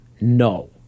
No